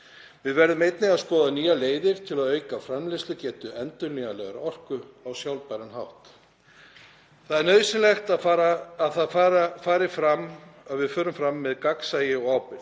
Við verðum einnig að skoða nýjar leiðir til að auka framleiðslugetu endurnýjanlegrar orku á sjálfbæran hátt. Það er nauðsynlegt að við förum fram með gagnsæi og ábyrgð.